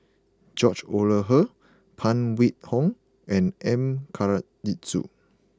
George Oehlers Phan Wait Hong and M Karthigesu